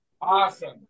Awesome